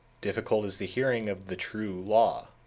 difficult is the hearing of the true law,